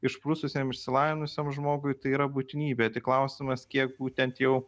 išprususiam išsilavinusiam žmogui tai yra būtinybė tik klausimas kiek būtent jau